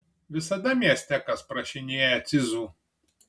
visada mieste kas prašinėja cizų